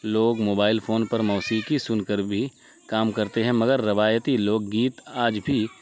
لوگ mobile phone پر موسیقی سن کر بھی کام کرتے ہیں مگر روایتی لوک گیت آج بھی